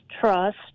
trust